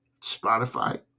spotify